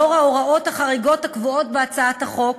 לאור ההוראות החריגות הקבועות בהצעת החוק,